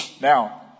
now